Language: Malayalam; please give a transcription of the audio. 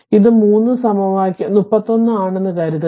ഇത് 3 സമവാക്യം 31 ആണെന്ന് കരുതുക